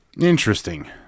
interesting